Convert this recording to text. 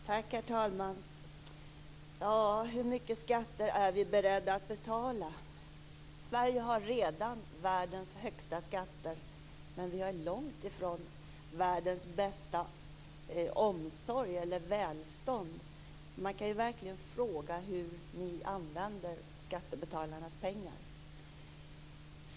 Herr talman! Ja, hur mycket skatter är vi beredda att betala? Sverige har redan världens högsta skatter, men vi har långt ifrån världens bästa omsorg eller välstånd. Så man kan verkligen fråga hur ni socialdemokrater använder skattebetalarnas pengar.